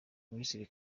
minisitiri